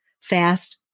Fast